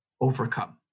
overcome